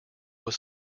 was